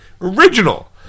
original